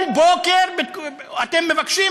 כל בוקר אתם מבקשים